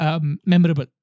memorable